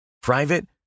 Private